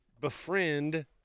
befriend